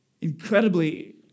incredibly